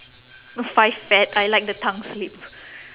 five fat I like the tongue slip